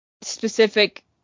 specific